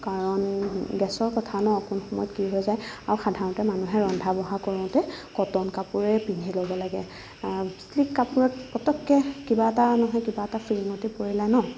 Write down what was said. কাৰণ গেছৰ কথা ন কোন সময়ত কি হৈ যায় আৰু সাধাৰণতে মানুহে ৰন্ধা বঢ়া কৰোতে কটন কাপোৰে পিন্ধি ল'ব লাগে শ্লিক কাপোৰত পতককৈ কিবা এটা এটা নহয় কিবা এটা ফিৰিঙতি পৰিলে ন